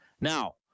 Now